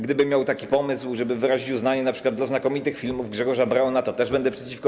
Gdyby miał taki pomysł, żeby wyrazić uznanie np. dla znakomitych filmów Grzegorza Brauna, to też będę przeciwko.